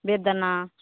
বেদানা